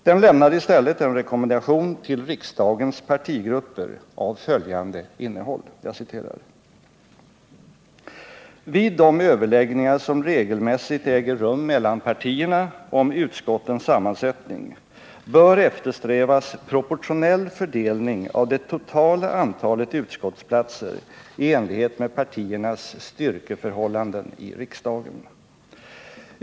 Den lämnade i stället en rekommendation till riksdagens partigrupper av följande innehåll: ”Vid de överläggningar som regelmässigt äger rum mellan partierna om utskottens sammansättning bör eftersträvas proportionell fördelning av det totala antalet utskottsplatser i enlighet med partiernas styrkeförhållanden i riksdagen.